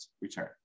return